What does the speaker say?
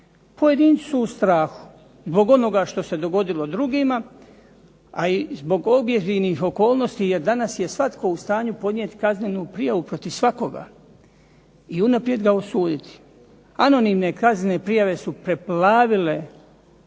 Pojedinci su u strahu, zbog onoga što se dogodilo drugima, a i zbog objektivnih okolnosti jer danas je svatko u stanju podnijeti kaznenu prijavu protiv svakoga i unaprijed ga osuditi. Anonimne kaznene prijave su preplavile